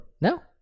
No